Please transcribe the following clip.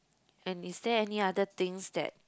and is there any other things that